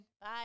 Bye